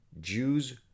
Jews